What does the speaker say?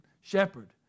shepherd